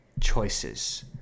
choices